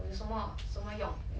okay lah but